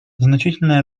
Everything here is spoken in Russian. значительное